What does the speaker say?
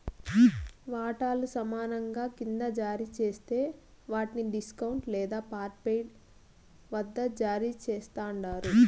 వాటాలు సమానంగా కింద జారీ జేస్తే వాట్ని డిస్కౌంట్ లేదా పార్ట్పెయిడ్ వద్ద జారీ చేస్తండారు